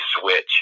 switch